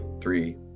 Three